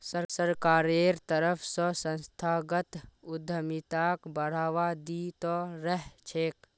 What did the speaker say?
सरकारेर तरफ स संस्थागत उद्यमिताक बढ़ावा दी त रह छेक